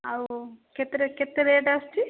ଆଉ କେତେରେ କେତେ ରେଟ୍ ଆସୁଛି